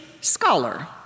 scholar